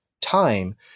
time